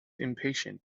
impatient